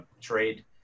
trade